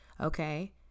Okay